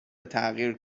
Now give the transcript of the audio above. تغییر